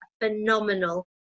phenomenal